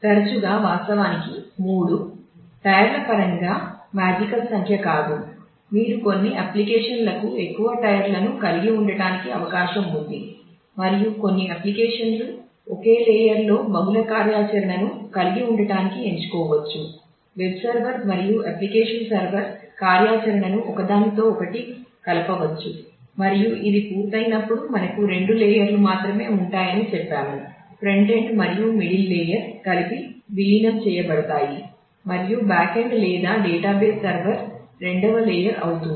తరచుగా వాస్తవానికి మూడు టైర్ రెండవ లేయర్ అవుతుంది